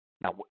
Now